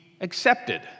accepted